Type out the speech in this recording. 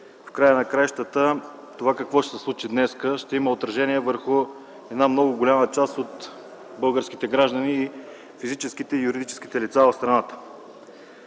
В края на краищата това какво ще се случи днес, ще има отражение върху много голяма част от българските граждани, физическите и юридическите лица в страната.